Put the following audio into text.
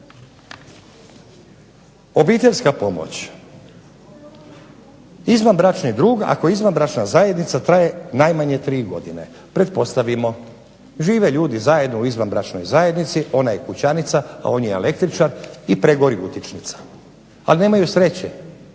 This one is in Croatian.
Obiteljska pomoć, izvanbračni drug ako izvanbračna zajednica traje najmanje 3 godine, pretpostavimo žive ljudi zajedno u izvanbračnoj zajednici, ona je kućanica, a on je električar i pregori utičnica, ali nemaju sreće